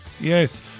yes